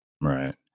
Right